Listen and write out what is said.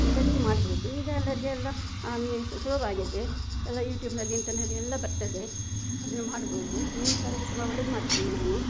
ಎಲ್ಲರಿಗೂ ಮಾಡ್ಬೋದು ಈಗ ಎಲ್ಲ ಅಡುಗೆ ಎಲ್ಲ ಸುಲಭ ಆಗಿದೆ ಎಲ್ಲ ಯೂಟ್ಯೂಬ್ನಲ್ಲಿ ಇಂಟರ್ನಲ್ಲಿ ಎಲ್ಲ ಬರ್ತದೆ ಅದನ್ನ ಮಾಡ್ಬೋದು ಮೀನು ಸಾರು ಕೂಡ ತುಂಬ ಒಳ್ಳೇದು ಮಾಡ್ತೇನೆ ನಾನು